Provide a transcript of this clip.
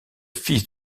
fils